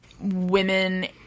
women